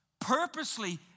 Purposely